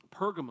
Pergamum